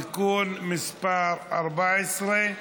(תיקון מס' 14),